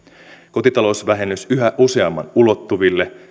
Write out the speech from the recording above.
kotitalousvähennys yhä useamman ulottuville